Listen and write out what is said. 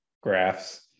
graphs